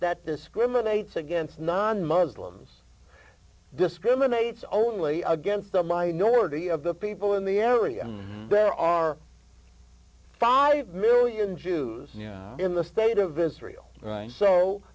that discriminates against non muslims discriminates only against a minority of the people in the area there are five million jews in the state of israel